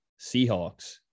Seahawks